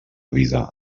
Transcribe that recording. vida